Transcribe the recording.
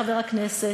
חבר הכנסת,